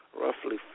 Roughly